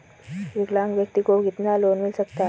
विकलांग व्यक्ति को कितना लोंन मिल सकता है?